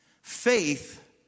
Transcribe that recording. Faith